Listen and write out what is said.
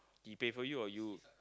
he pay for you or you